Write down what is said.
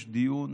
גברתי,